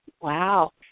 wow